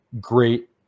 great